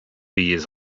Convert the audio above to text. years